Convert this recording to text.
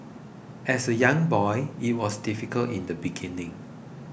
as a young boy it was difficult in the beginning